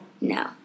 No